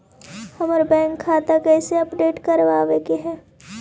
हमर बैंक खाता कैसे अपडेट करबाबे के है?